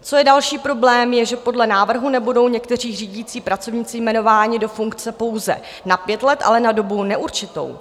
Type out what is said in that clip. Co je další problém, je, že podle návrhu nebudou někteří řídící pracovníci jmenováni do funkce pouze na pět let, ale na dobu neurčitou.